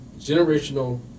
generational